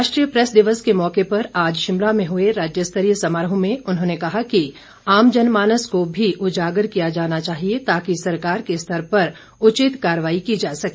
राष्ट्रीय प्रेस दिवस के मौके पर आज शिमला में हुए राज्य स्तरीय समारोह में उन्होंने कहा कि आम जनमानस को भी उजागर किया जाना चाहिए ताकि सरकार के स्तर पर उचित कार्रवाई की जा सके